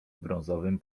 brązowym